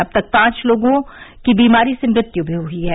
अब तक पांच लोगों की बीमारी से मृत्यु भी हुई है